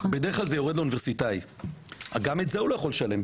בדרך כלל זה יורד לסכום אוניברסיטאי וגם את זה הוא לא יכול לשלם,